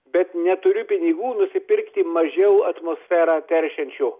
bet neturiu pinigų nusipirkti mažiau atmosferą teršiančio